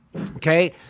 okay